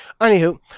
Anywho